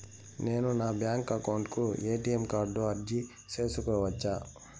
నేను నా bank account కు ఎ.టి.ఎం కార్డు అర్జీ సేసుకోవచ్చా?